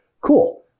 Cool